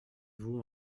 vous